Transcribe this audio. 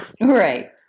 Right